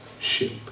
ship